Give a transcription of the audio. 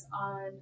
on